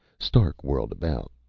stark whirled about.